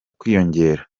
kwiyongera